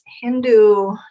Hindu